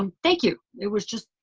um thank you, it was just,